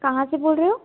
कहाँ से बोल रहे हो